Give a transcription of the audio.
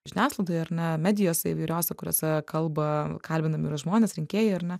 žiniasklaidoje ar ne medijose įvairiose kuriose kalba kalbinami yra žmonės rinkėjai ar ne